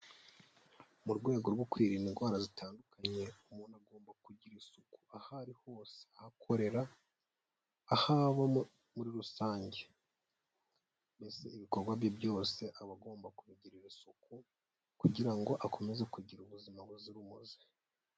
Mu rwego rwo kwirinda indwara zitandukanye umuntu agomba kugira isuku aho ari hose, aho akorera, aho aba muri rusange, mbese ibikorwa bye byose aba agomba kubigirira isuku kugira ngo akomeze kugira ubuzima buzira umuze.